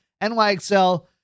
NYXL